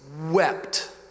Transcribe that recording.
wept